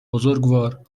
بزرگوار